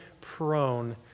prone